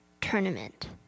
tournament